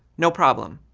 no problem.